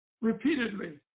repeatedly